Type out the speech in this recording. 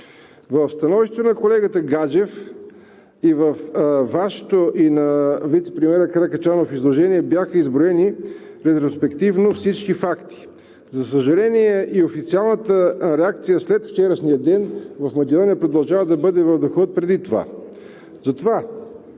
В становището на колегата Гаджев и в изложението на вицепремиера Каракачанов бяха изброени ретроспективно всички факти. За съжаление, официалната реакция след вчерашния ден в Македония продължава да бъде в духа отпреди това.